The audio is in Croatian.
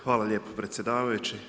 Hvala lijepo predsjedavajući.